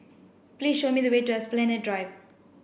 please show me the way to Esplanade Drive